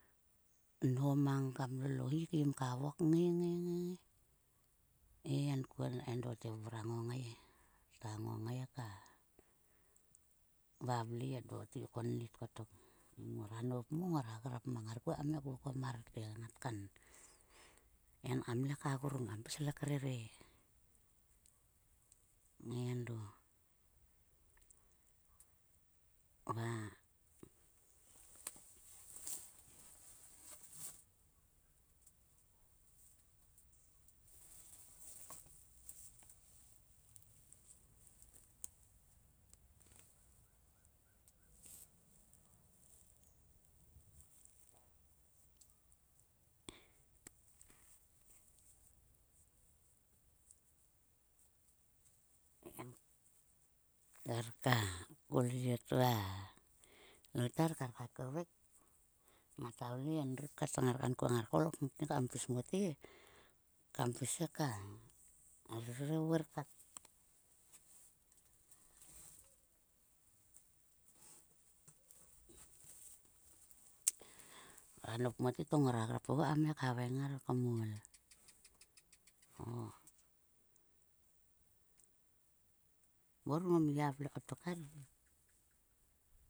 Nho mang kam lol o hi keim ka vok kngai ngai he enkuon. Endo tvura ngongei he ta ngongei ka vavle. Endo tgi konnit kottok. Ngora nop mo ngora grap mang ngar kam ngai kvokom mar te ngat kan. En kamle ka grung kam pis krere. He endo va ko llie to a loutar kar ka kvek ngata vle endruk kat ngar kankuon ngar koul ngte kam ol kpis mote. Kam pis he ka rere vor kat. Ngora nop mote to ngora grap oguo kam havaing ngar kmol. O mor ngom gia vle kottok arhe.